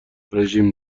رژیم